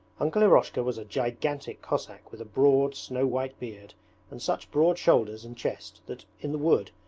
uncle eroshka was a gigantic cossack with a broad, snow-white beard and such broad shoulders and chest that in the wood,